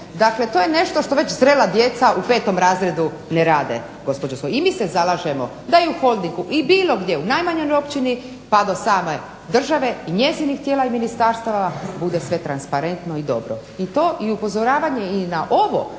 Dakle, to je nešto što već zrela djeca u 5. razredu ne rade gospođo. I mi se zalažemo da i u Holdingu i bilo gdje u najmanjoj općini pa do same države i njezinih tijela i ministarstava bude sve transparentno i dobro. I to upozoravanje i na ovo